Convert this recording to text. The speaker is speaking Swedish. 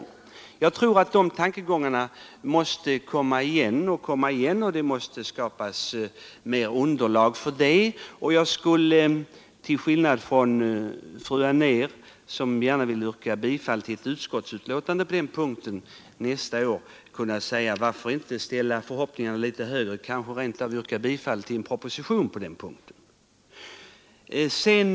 Jag tror att de här tankegångarna måste komma igen, och det måste skapas mer underlag för dem. Jag skulle till skillnad från fru Anér — som gärna vill yrka bifall till ett utskottsbetänkande nästa år — kunna fråga: Varför inte ställa Nr 51 förhoppningarna litet högre och kanske rent av nästa år få yrka bifall till Torsdagen den en proposition på den punkten?